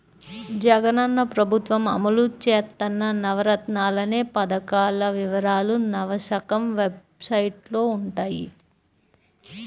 జగనన్న ప్రభుత్వం అమలు చేత్తన్న నవరత్నాలనే పథకాల వివరాలు నవశకం వెబ్సైట్లో వుంటయ్యి